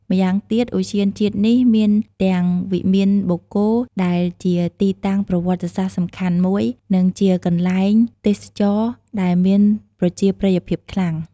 ម៉្យាងទៀត ឧទ្យានជាតិនេះមានទាំងវិមានបូកគោ ដែលជាទីតាំងប្រវត្តិសាស្ត្រសំខាន់មួយ និងជាកន្លែងទេសចរដែលមានប្រជាប្រិយភាពខ្លាំង។